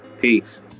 Peace